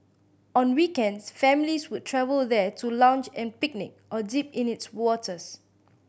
on weekends families would travel there to lounge and picnic or dip in its waters